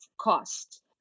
cost